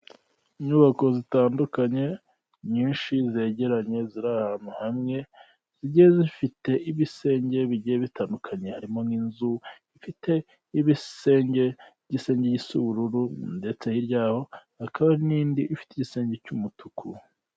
Inyubako zitandukanye nyinshi zegeranye ziri ahantu hamwe zigiye zifite ibisenge bigiye bitandukanye, harimo n'inzu ifite ibisenge gisa ubururu ndetse no hirya yaho hakaba n'indi ifite igisenge cy'umutuku.